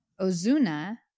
Ozuna